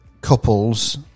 couples